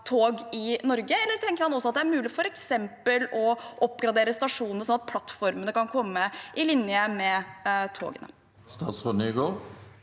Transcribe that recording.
i Norge, eller tenker han også at det er mulig f.eks. å oppgradere stasjonene sånn at plattformene kan komme i linje med togene?